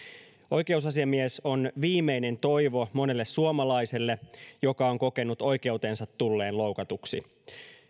oikeusasiamies on viimeinen toivo monelle suomalaiselle joka on kokenut oikeutensa tulleen loukatuksi